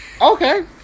Okay